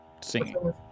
Singing